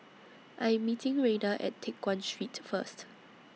I'm meeting Rayna At Teck Guan Street First